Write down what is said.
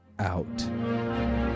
out